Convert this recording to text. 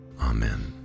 Amen